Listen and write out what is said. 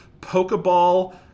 Pokeball